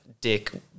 dick